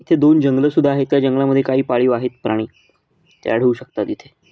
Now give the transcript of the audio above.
इथे दोन जंगलं सुद्धा आहे त्या जंगलामध्ये काही पाळीव आहेत प्राणी ते आढळू शकतात इथे